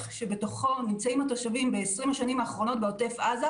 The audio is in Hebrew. שבתוכו נמצאים התושבים ב-20 השנים האחרונות בעוטף עזה